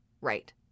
right